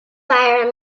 fire